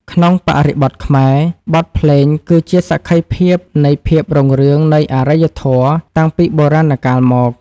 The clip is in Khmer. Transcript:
ក្នុងបរិបទខ្មែរ បទភ្លេងគឺជាសក្ខីភាពនៃភាពរុងរឿងនៃអរិយធម៌តាំងពីបុរាណកាលមក។